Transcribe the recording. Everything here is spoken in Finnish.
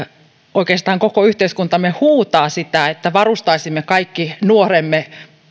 oikeastaan koko yhteiskuntamme huutaa sitä että varustaisimme kaikki nuoremme